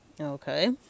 Okay